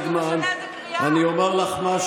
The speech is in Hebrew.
אני קורא אותך לסדר,